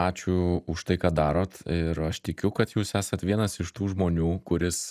ačiū už tai ką darot ir aš tikiu kad jūs esat vienas iš tų žmonių kuris